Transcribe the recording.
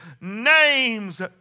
name's